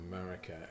America